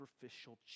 superficial